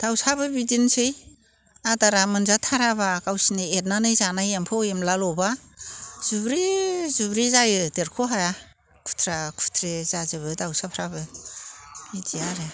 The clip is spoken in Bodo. दाउसाबो बिदिन्सै आदारा मोनजाथाराब्ला गावसिनि एरनानै जानाय एम्फौ एनलाल'ब्ला जुब्रि जुब्रि जायो देरख' हाया खुथ्रा खुथ्रि जाजोबो दाउसाफ्राबो बिदि आरो